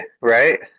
right